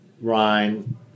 Rhine